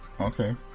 Okay